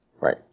Right